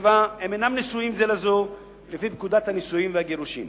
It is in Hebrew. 7. הם אינם נשואים זה לזו לפי פקודת הנישואין והגירושין.